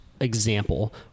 example